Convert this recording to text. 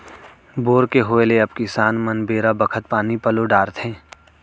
bore के होय ले अब किसान मन बेरा बखत पानी पलो डारथें